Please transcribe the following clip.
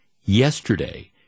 yesterday